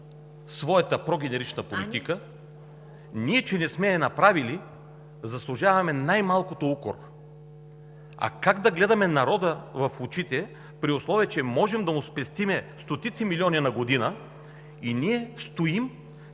своята прогенерична политика, ние, че не сме я направили, заслужаваме най-малкото укор. А как да гледаме народа в очите, при условие че можем да му спестим стотици милиони на година? И ние стоим,